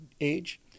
age